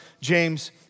James